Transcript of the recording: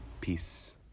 Peace